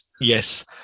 Yes